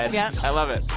ah yeah i love it.